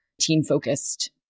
teen-focused